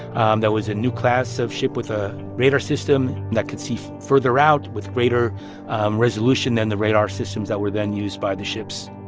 um that was a new class of ship with a radar system that could see further out with greater resolution than the radar systems that were then used by the ships.